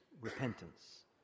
repentance